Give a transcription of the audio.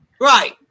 Right